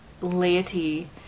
laity